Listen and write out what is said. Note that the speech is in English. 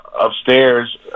Upstairs